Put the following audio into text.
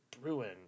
Bruin